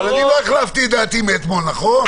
אבל אני לא החלפתי את דעתי מאתמול, נכון?